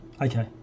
Okay